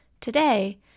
Today